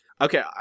Okay